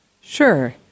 Sure